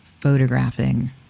photographing